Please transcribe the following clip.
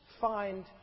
find